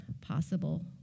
possible